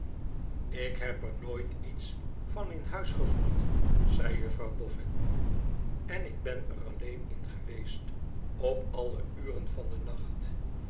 ik heb er nooit iets van in huis gevoeld zei jufifrouw bolün enik ben er alleen in geweest op alle uren van den nacht